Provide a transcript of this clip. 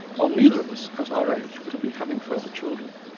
while neither of us at our age would be having further children,